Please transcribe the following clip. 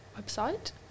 website